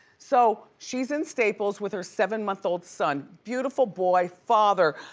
so she's in staples with her seven-month-old son, beautiful boy, father,